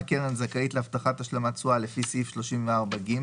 הקרן זכאית להבטחת השלמת תשואה לפי סעיף 34ג,